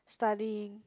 studying